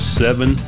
seven